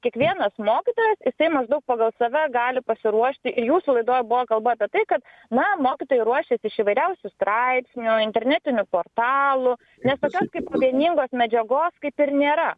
kiekvienas mokytojas jisai maždaug pagal save gali pasiruošti ir jūsų laidoj buvo kalba apie tai kad na mokytojai ruošiasi iš įvairiausių straipsnių internetinių portalų nes tokios kaip ir vieningos medžiagos kaip ir nėra